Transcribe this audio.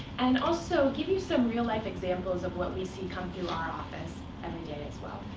and also, give you some real-life examples of what we see come through our office every day, as well.